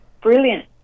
Brilliant